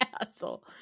asshole